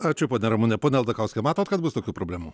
ačiū ponia ramune pone aldakauskai matot kad bus tokių problemų